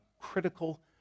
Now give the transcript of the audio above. critical